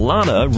Lana